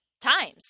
times